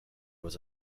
was